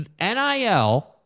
NIL